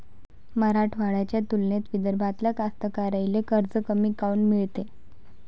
मराठवाड्याच्या तुलनेत विदर्भातल्या कास्तकाराइले कर्ज कमी काऊन मिळते?